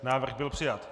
Návrh byl přijat.